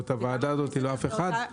לא את הוועדה הזאת ולא אף אחד.